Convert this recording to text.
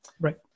Right